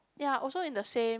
ya also in the same